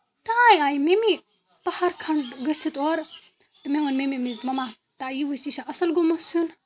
تام آیہِ مٔمی پہر کھنٛڈ گٔژھِتھ اورٕ تہٕ مےٚ ووٚن مٔمی مما تہ یہِ وٕچھ یہِ چھا اَصٕل گوٚمُت سیُن